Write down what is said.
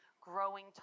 growing